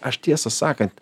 aš tiesą sakant